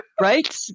Right